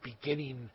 beginning